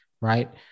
right